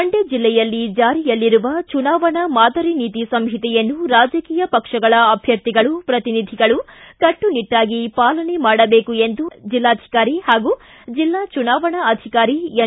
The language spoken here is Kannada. ಮಂಡ್ಯ ಜಿಲ್ಲೆಯಲ್ಲಿ ಜಾರಿಯಲ್ಲಿರುವ ಚುನಾವಣಾ ಮಾದರಿ ನೀತಿ ಸಂಹಿತೆಯನ್ನು ರಾಜಕೀಯ ಪಕ್ಷಗಳ ಅಭ್ವರ್ಥಿಗಳು ಪ್ರತಿನಿಧಿಗಳು ಕಟ್ಟುನಿಟ್ಟಾಗಿ ಪಾಲನೆ ಮಾಡಬೇಕು ಎಂದು ಜಿಲ್ಲಾಧಿಕಾರಿ ಹಾಗೂ ಜಿಲ್ಲಾ ಚುನಾವಣಾ ಅಧಿಕಾರಿ ಎನ್